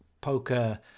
poker